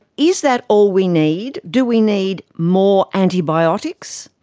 is that all we need? do we need more antibiotics?